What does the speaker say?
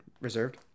reserved